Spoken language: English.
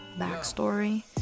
backstory